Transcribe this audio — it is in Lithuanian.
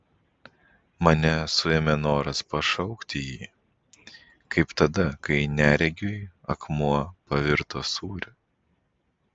mane suėmė noras pašaukti jį kaip tada kai neregiui akmuo pavirto sūriu